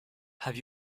have